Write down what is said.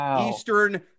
eastern